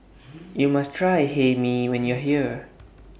YOU must Try Hae Mee when YOU Are here